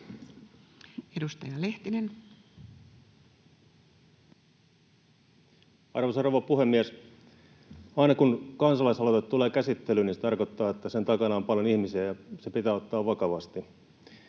Edustaja Lehtinen. Arvoisa rouva puhemies! Aina kun kansalaisaloite tulee käsittelyyn, niin se tarkoittaa, että sen takana on paljon ihmisiä ja se pitää ottaa vakavasti.